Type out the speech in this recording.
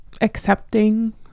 accepting